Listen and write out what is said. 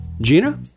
Gina